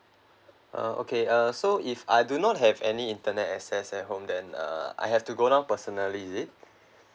oh okay uh so if I do not have any internet access at home then uh I have to go down personally is it